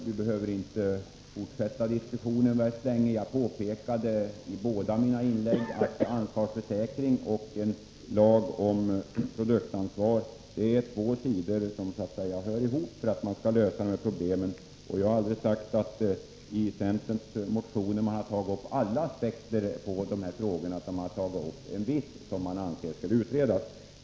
Vi behöver inte fortsätta diskussionen särskilt mycket längre. Jag påpekade i båda mina inlägg att ansvarsförsäkring och en lag om produktansvar är två sidor som så att säga hör ihop för att vi skall kunna lösa de här problemen. Jag har aldrig sagt att alla aspekter på de här frågorna har tagits upp i centerns motion, utan man har tagit upp en viss aspekt som man anser behöver utredas.